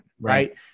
right